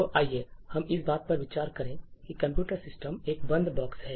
तो आइए हम इस बात पर विचार करें कि कंप्यूटर सिस्टम एक बंद बॉक्स है